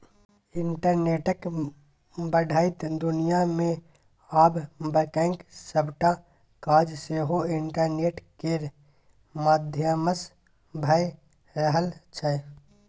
इंटरनेटक बढ़ैत दुनियाँ मे आब बैंकक सबटा काज सेहो इंटरनेट केर माध्यमसँ भए रहल छै